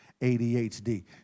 ADHD